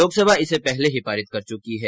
लोकसभा इसे पहले ही पारित कर चुकी है